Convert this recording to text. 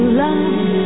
love